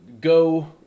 go